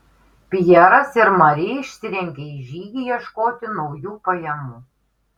pjeras ir mari išsirengė į žygį ieškoti naujų pajamų